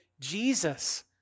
Jesus